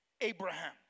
Abraham